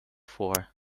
for